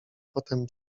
potem